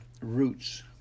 roots